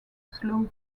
slow